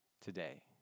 today